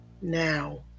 now